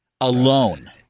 alone